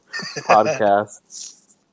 podcast